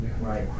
right